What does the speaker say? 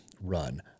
run